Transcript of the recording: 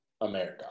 America